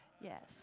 Yes